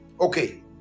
okay